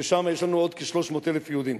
ששם יש לנו עוד כ-300,000 יהודים.